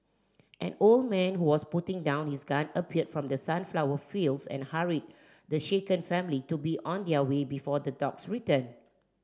an old man who was putting down his gun appeared from the sunflower fields and hurried the shaken family to be on their way before the dogs return